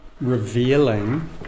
revealing